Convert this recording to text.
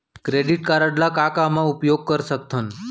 Credit card ला का का मा उपयोग कर सकथन?